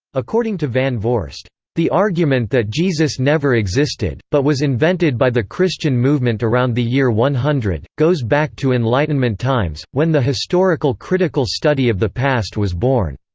according to van voorst, the argument that jesus never existed, but was invented by the christian movement around the year one hundred, goes back to enlightenment times, when the historical-critical study of the past was born,